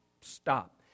stop